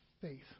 Faith